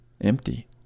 empty